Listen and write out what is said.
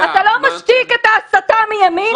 אתה לא מפסיק את ההסתה מימין.